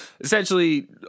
essentially